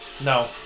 No